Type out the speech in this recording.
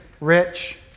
rich